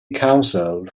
council